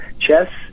chess